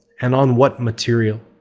and on what material.